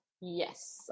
Yes